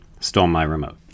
StoleMyRemote